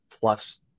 plus